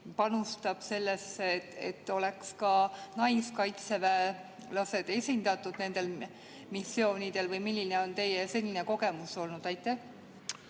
panustab sellesse, et oleks ka naiskaitseväelased esindatud nendel missioonidel. Milline on teie senine kogemus olnud? Aitäh,